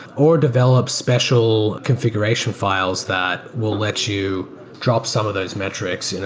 or develop special configuration files that will let you drop some of those metrics. and